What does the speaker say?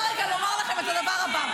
אני רוצה רגע לומר לכם את הדבר הבא,